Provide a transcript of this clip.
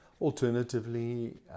Alternatively